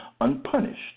unpunished